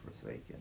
forsaken